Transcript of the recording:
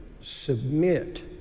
submit